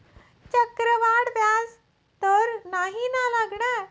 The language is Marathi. चक्रवाढ व्याज तर नाही ना लागणार?